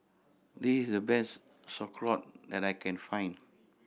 this is the best Sauerkraut that I can find